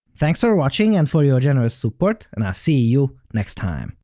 thanks for watching and for your generous support, and i'll see you next time!